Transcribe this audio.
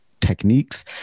techniques